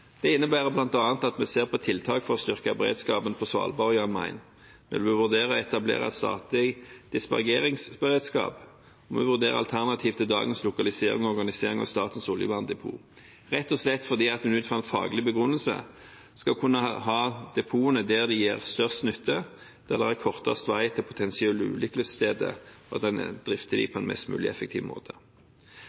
Det innebærer bl.a. at vi ser på tiltak for å styrke beredskapen på Svalbard og Jan Mayen. Vi vil vurdere å etablere statlig dispergeringsberedskap, og vi vil vurdere alternativ til dagens lokalisering og organisering av statens oljeverndepoter – rett og slett fordi man ut fra en faglig begrunnelse skal kunne ha depotene der de gir størst nytte, der det er kortest vei til potensielle ulykkessteder, og der man kan drifte dem på en mest mulig effektiv måte.